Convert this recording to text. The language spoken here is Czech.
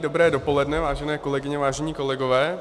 Dobré dopoledne vážené kolegyně, vážení kolegové.